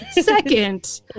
Second